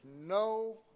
no